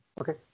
Okay